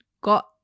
got